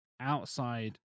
outside